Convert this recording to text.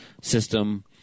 system